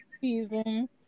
season